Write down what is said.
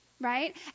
right